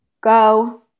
go